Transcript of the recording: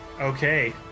Okay